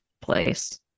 place